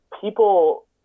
people